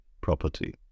property